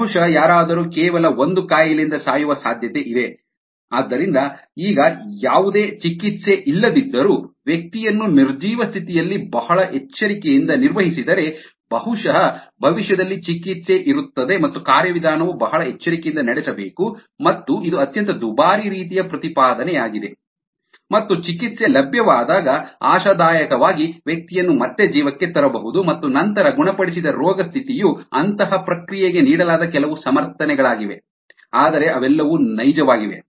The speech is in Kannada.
ಬಹುಶಃ ಯಾರಾದರೂ ಕೇವಲ ಒಂದು ಕಾಯಿಲೆಯಿಂದ ಸಾಯುವ ಸಾಧ್ಯತೆಯಿದೆ ಆದ್ದರಿಂದ ಈಗ ಯಾವುದೇ ಚಿಕಿತ್ಸೆ ಇಲ್ಲದಿದ್ದರು ವ್ಯಕ್ತಿಯನ್ನು ನಿರ್ಜೀವ ಸ್ಥಿತಿಯಲ್ಲಿ ಬಹಳ ಎಚ್ಚರಿಕೆಯಿಂದ ನಿರ್ವಹಿಸಿದರೆ ಬಹುಶಃ ಭವಿಷ್ಯದಲ್ಲಿ ಚಿಕಿತ್ಸೆ ಇರುತ್ತದೆ ಮತ್ತು ಕಾರ್ಯವಿಧಾನವು ಬಹಳ ಎಚ್ಚರಿಕೆಯಿಂದ ನಡೆಸಬೇಕು ಮತ್ತು ಇದು ಅತ್ಯಂತ ದುಬಾರಿ ರೀತಿಯ ಪ್ರತಿಪಾದನೆಯಾಗಿದೆ ಮತ್ತು ಚಿಕಿತ್ಸೆ ಲಭ್ಯವಾದಾಗ ಆಶಾದಾಯಕವಾಗಿ ವ್ಯಕ್ತಿಯನ್ನು ಮತ್ತೆ ಜೀವಕ್ಕೆ ತರಬಹುದು ಮತ್ತು ನಂತರ ಗುಣಪಡಿಸಿದ ರೋಗ ಸ್ಥಿತಿಯು ಅಂತಹ ಪ್ರಕ್ರಿಯೆಗೆ ನೀಡಲಾದ ಕೆಲವು ಸಮರ್ಥನೆಗಳಾಗಿವೆ ಆದರೆ ಅವೆಲ್ಲವೂ ನೈಜವಾಗಿವೆ